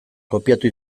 kopiatu